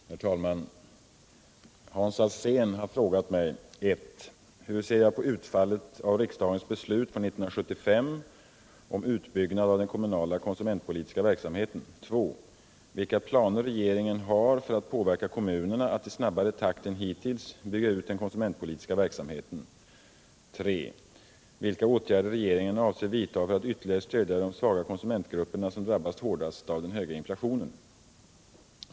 Herr talman! Herr Alsén har frågat mig 1. hur jag ser på utfallet av riksdagens beslut från 1975 om utbyggnad av den kommunala konsumentpolitiska verksamheten, 2. vilka planer regeringen har för att påverka kommunerna att i snabbare takt än hittills bygga ut den konsumentpolitiska verksamheten, 3. vilka åtgärder regeringen avser vidta för att ytterligare stödja de svaga konsumentgrupperna som drabbas hårdast av den höga inflationen.